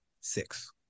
six